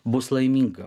bus laiminga